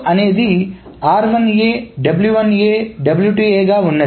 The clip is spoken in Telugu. అనేది గా ఉన్నది